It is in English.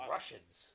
Russians